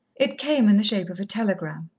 it came in the shape of a telegram.